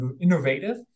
innovative